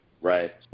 Right